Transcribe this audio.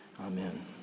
Amen